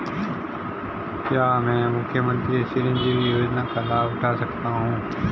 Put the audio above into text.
क्या मैं मुख्यमंत्री चिरंजीवी योजना का लाभ उठा सकता हूं?